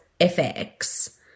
fx